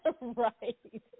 Right